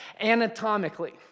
anatomically